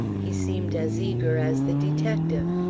he seemed as eager as the detective.